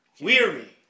Weary